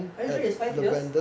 are you sure it's five years